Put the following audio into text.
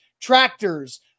tractors